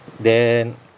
then